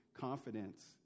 confidence